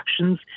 actions